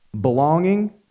belonging